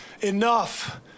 Enough